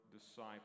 disciples